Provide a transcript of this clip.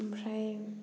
ओमफ्राय